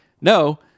no